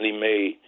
made